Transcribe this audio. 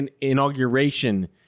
inauguration